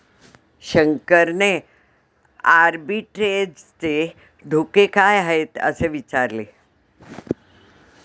शंकरने आर्बिट्रेजचे धोके काय आहेत, असे विचारले